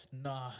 Nah